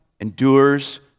endures